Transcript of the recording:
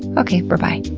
okay, berbye.